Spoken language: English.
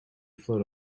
float